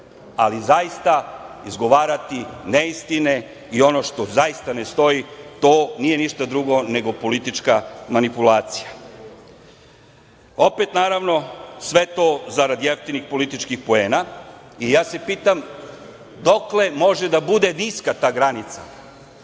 ali zaista izgovarati neistine i ono što zaista ne stoji to nije ništa drugo nego politička manipulacija. Opet, naravno, sve to zarad jeftinih političkih poena i ja se pitam dokle može da bude niska ta granica?